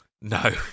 No